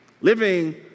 living